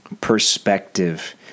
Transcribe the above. perspective